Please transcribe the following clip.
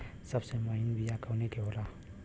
सबसे महीन बिया कवने के होला?